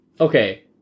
Okay